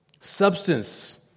Substance